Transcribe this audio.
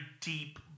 deep